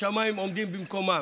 השמיים עומדים במקומם.